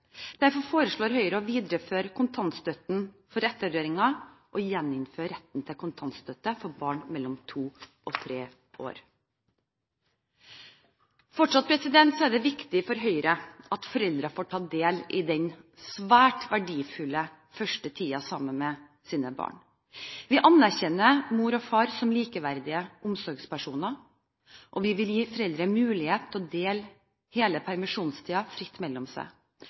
Derfor foreslår Høyre å videreføre kontantstøtten for ettåringer, og gjeninnføre retten til kontantstøtte for barn mellom to og tre år. Fortsatt er det viktig for Høyre at foreldrene får ta del i den svært verdifulle første tiden sammen med sine barn. Vi anerkjenner mor og far som likeverdige omsorgspersoner, og vi vil gi foreldrene mulighet til å dele hele permisjonstiden fritt mellom seg.